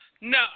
No